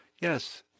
yes